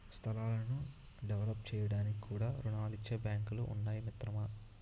స్థలాలను డెవలప్ చేయడానికి కూడా రుణాలిచ్చే బాంకులు ఉన్నాయి మిత్రమా